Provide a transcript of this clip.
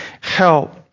help